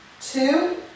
two